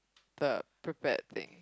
the prepared thing